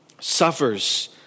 suffers